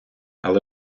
але